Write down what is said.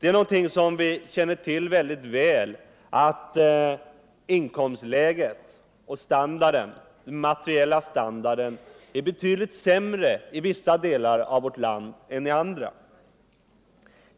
Vi känner väldigt väl till att medelinkomsten och den materiella standarden är betydligt lägre i vissa delar av vårt land än andra.